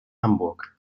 hamburg